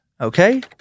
Okay